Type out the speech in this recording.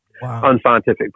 unscientific